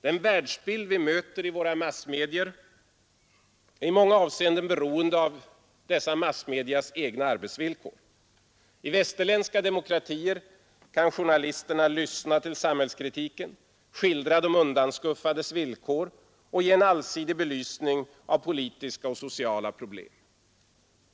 Den världsbild vi möter i våra massmedia är i många avseenden beroende av dessa massmedias egna arbetsvillkor. I västerländska demokratier kan journalisterna lyssna till samhällskritiken, skildra de undanskuffades villkor och ge en allsidig belysning av politiska och sociala problem.